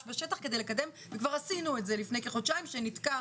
בשטח כדי לקדם וכבר עשינו את זה לפני כחודשיים שנתקע